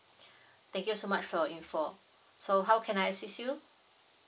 thank you so much for your info so how can I assist you